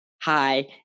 Hi